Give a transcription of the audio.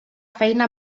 feina